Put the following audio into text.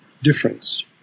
difference